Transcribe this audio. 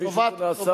כפי שפה נעשה.